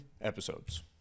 episodes